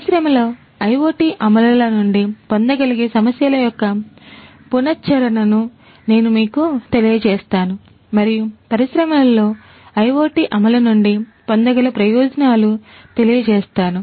పరిశ్రమలో IoT అమలుల నుండి పొందగలిగే సమస్యల యొక్క పునశ్చరణ ను నేను మీకు తెలియజేస్తాను మరియు పరిశ్రమలో IoT అమలు నుండి పొందగల ప్రయోజనాలు తెలియజేస్తాను